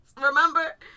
Remember